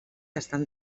estan